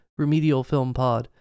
remedialfilmpod